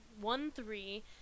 one-three